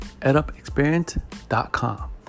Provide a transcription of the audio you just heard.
edupexperience.com